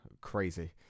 crazy